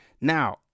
now